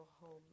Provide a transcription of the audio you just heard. home